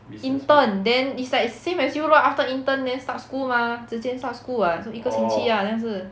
intern then is like same as you lor after intern then start school mah 直接 start school what 就一个星期 lah 好像是